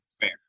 fair